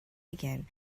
again